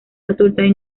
saturday